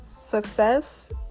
Success